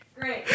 Great